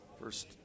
First